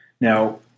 Now